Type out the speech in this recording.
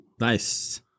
Nice